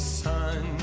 sun